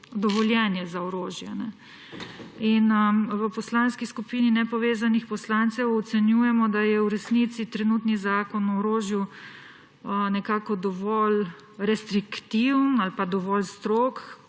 dovoljenje za orožje V Poslanski skupini nepovezanih poslancev ocenjujemo, da je v resnici trenutni zakon o orožju nekako dovolj restriktiven ali pa dovolj strog,